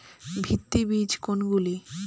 ভিত্তি বীজ কোনগুলি?